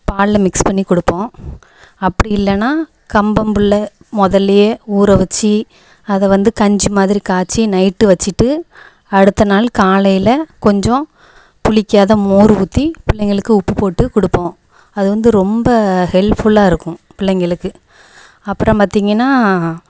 பாலில் மிக்ஸ் பண்ணி கொடுப்போம் அப்படி இல்லைன்னா கம்பம் புல் முதலியே ஊற வச்சி அதை வந்து கஞ்சி மாதிரி காய்ச்சி நைட் வச்சிட்டு அடுத்த நாள் காலையில கொஞ்சம் புளிக்காத மோர் ஊற்றி பிள்ளைங்களுக்கு உப்பு போட்டு கொடுப்போம் அது வந்து ரொம்ப ஹெல்ப்ஃபுல்லாக இருக்கும் பிள்ளைங்களுக்கு அப்பறம் பார்த்திங்கன்னா